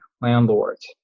landlords